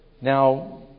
Now